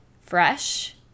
fresh